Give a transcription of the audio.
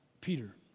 Peter